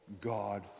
God